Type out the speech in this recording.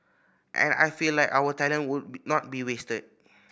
and I feel like our talent would be not be wasted